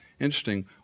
interesting